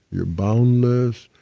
you're boundless.